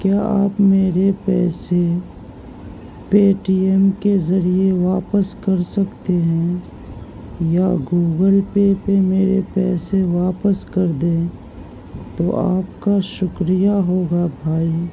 کیا آپ میرے پیسے پے ٹی ایم کے ذریعے واپس کر سکتے ہیں یا گوگل پے پہ میرے پیسے واپس کر دیں تو آپ کا شکریہ ہو گا بھائی